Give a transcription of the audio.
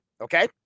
Okay